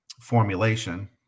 formulation